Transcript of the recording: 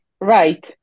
Right